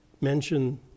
mention